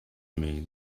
him